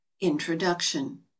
Introduction